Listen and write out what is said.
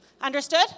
Understood